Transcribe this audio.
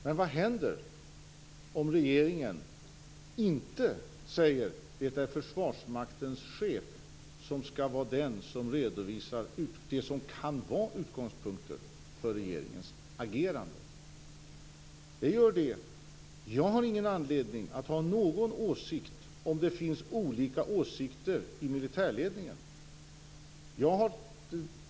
Men vad händer om regeringen inte säger: Det är Försvarsmaktens chef som skall vara den som redovisar det som kan vara utgångspunkten för regeringens agerande. Jag har ingen anledning att ha någon åsikt om att det finns olika åsikter i militärledningen.